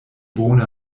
bone